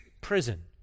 prison